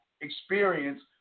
experience